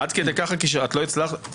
עד כדי כך את לא הצלחת,